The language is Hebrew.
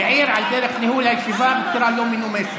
העיר על דרך ניהול הישיבה בצורה לא מנומסת.